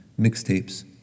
Mixtapes